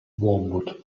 wormwood